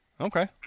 Okay